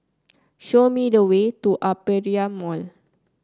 show me the way to Aperia Mall